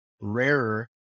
rarer